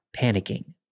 panicking